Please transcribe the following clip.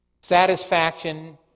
Satisfaction